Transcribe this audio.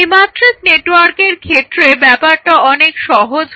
দ্বিমাত্রিক নেটওয়ার্কের ক্ষেত্রে ব্যাপারটা অনেক সহজ হয়